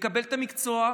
תקבל את המקצוע,